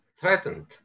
threatened